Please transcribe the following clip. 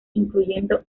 incluyendo